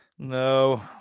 no